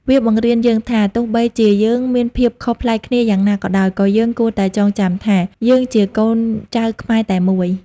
វាបង្រៀនយើងថា ទោះបីជាយើងមានភាពខុសប្លែកគ្នាយ៉ាងណាក៏ដោយ ក៏យើងគួរតែចងចាំថា យើងជាកូនចៅខ្មែរតែមួយ។